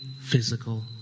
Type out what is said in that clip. physical